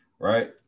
right